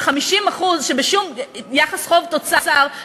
50% יחס חוב תוצר,